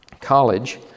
college